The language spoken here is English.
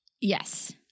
Yes